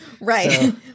Right